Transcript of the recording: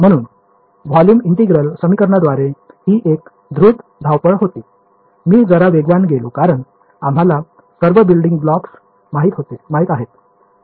म्हणून volume integral समीकरणांद्वारे ही एक द्रुत धावपळ होती मी जरा वेगवान गेलो कारण आम्हाला सर्व बिल्डिंग ब्लॉक्स माहित आहेत